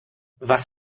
was